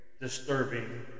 disturbing